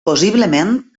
possiblement